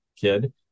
kid